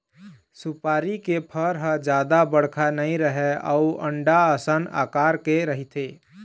सुपारी के फर ह जादा बड़का नइ रहय अउ अंडा असन अकार के रहिथे